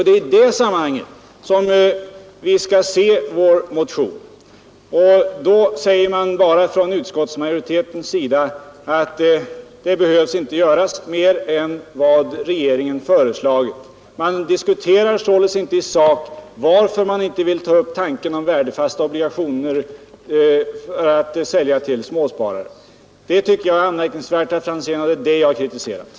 Det är i detta sammanhang som vi skall se vår motion. Från utskottsmajoritetens sida säger man bara att det inte behöver göras mer än vad regeringen föreslagit. Man diskuterar således inte i sak varför man inte vill ta upp tanken att sälja värdefasta obligationer till småsparare. Det tycker jag är anmärkningsvärt, herr Franzén, och det är det jag kritiserar.